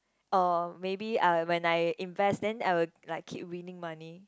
or maybe I'll when I invest then I'll like keep winning money